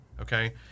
okay